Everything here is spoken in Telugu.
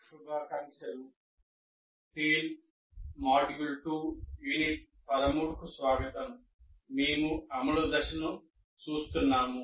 శుభాకాంక్షలు TALE మాడ్యూల్ 2 యూనిట్ 13 కు స్వాగతం మేము అమలు దశను చూస్తున్నాము